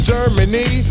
Germany